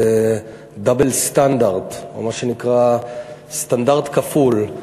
זה double standard, או מה שנקרא סטנדרט כפול.